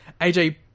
AJ